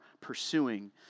pursuing